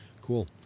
cool